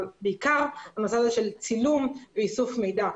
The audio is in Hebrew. בעיקר בנושא הזה של צילום ואיסוף מידע.